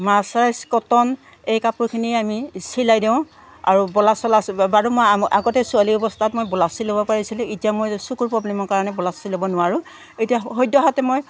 mercerised cotton এই কাপোৰখিনি আমি চিলাই দিওঁ আৰু বলাছ চলাছ বাৰু মই আগতে ছোৱালী অৱস্থাত মই বলাছ চিলাব পাৰিছিলোঁ এতিয়া মই চকুৰ প্ৰব্লেমৰ কাৰণে বলাছ চিলাব নোৱাৰোঁ এতিয়া সদ্যহাতে মই